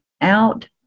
out